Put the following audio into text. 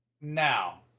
Now